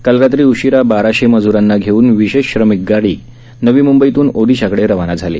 काल रात्री उशिरा बाराशे मज्रांना घेऊन विशेष श्रमिक रेल्वे गाडी नवी म्ंबईतून ओदिशाकडे रवाना झाली